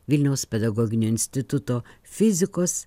vilniaus pedagoginio instituto fizikos